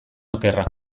okerra